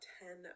ten